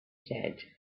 said